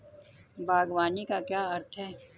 बागवानी का क्या अर्थ है?